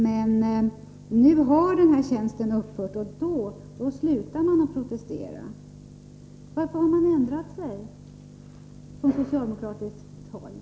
Men nu har tjänsten upphört, och då slutar man att protestera. Varför har man ändrat sig? Svara på det!